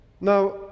Now